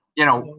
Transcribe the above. you know,